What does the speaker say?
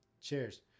cheers